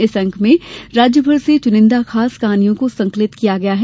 इस अंक में राज्य भर से चुनिंदा खास कहानियों को संकलित किया गया है